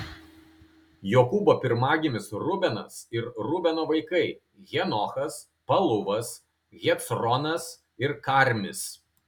jokūbo pirmagimis rubenas ir rubeno vaikai henochas paluvas hecronas ir karmis